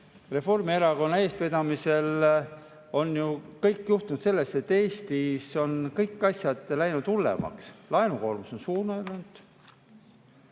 Reformierakonna eestvedamisel on ju juhtunud nii, et Eestis on kõik asjad läinud hullemaks. Laenukoormus on suurenenud,